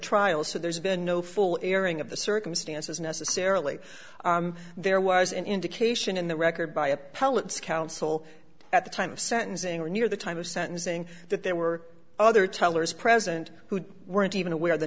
trial so there's been no full airing of the circumstances necessarily there was an indication in the record by a pilot's counsel at the time of sentencing or near the time of sentencing that there were other tellers present who weren't even aware the